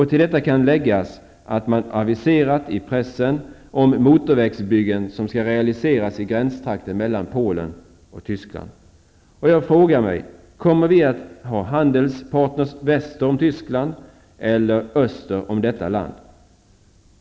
Till detta kan läggas att man aviserat i pressen om motorvägsbyggen som skall realiseras i gränstrakterna mellan Polen och Tyskland. Jag frågar mig om vi kommer att ha handelspartners väster om Tyskland eller öster om detta land.